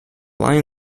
lion